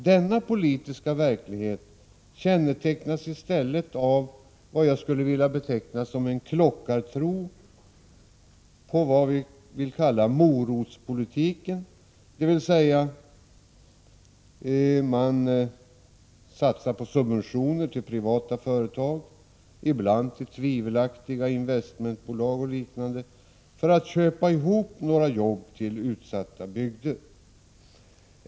Denna verklighet kännetecknas i stället av vad jag skulle vilja beteckna som en klockartro på vad jag vill kalla morotspolitiken, dvs. man satsar på subventioner till privata företag, ibland till tvivelaktiga investmentbolag och liknande, för att köpa jobb till utsatta bygder.